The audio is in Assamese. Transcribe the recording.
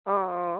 অঁ